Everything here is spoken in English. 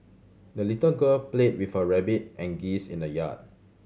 the little girl played with her rabbit and geese in the yard